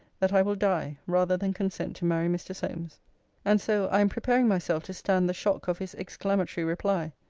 that i will die rather than consent to marry mr. solmes and so, i am preparing myself to stand the shock of his exclamatory reply.